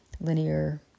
linear